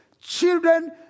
children